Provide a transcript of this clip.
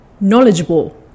knowledgeable